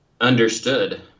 understood